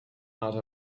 out